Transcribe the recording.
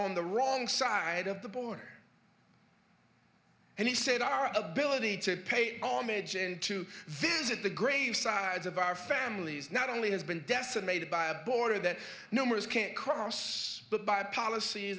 on the wrong side of the border and he said our ability to pay all maids and to visit the grave sides of our families not only has been decimated by a border that numbers can't cross but by polic